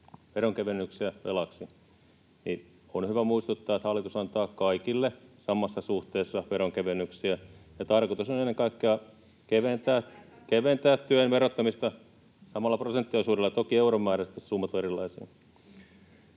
veronkevennyksiä velaksi, niin on hyvä muistuttaa, että hallitus antaa kaikille samassa suhteessa veronkevennyksiä. Tarkoitus on ennen kaikkea keventää [Hilkka Kemppi: Ei pidä paikkaansa!] työn verottamista samalla prosenttiosuudella, toki euromääräisesti summat on erilaisia.